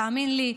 תאמין לי,